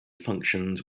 functions